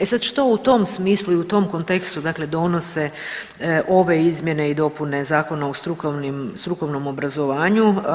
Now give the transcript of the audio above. E sad što u tom smislu i u tom kontekstu dakle donose ove izmjene i dopune Zakona o strukovnom obrazovanju?